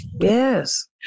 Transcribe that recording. yes